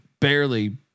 barely